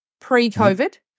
pre-COVID